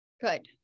Good